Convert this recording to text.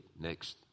next